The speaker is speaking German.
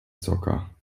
zocker